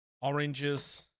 Oranges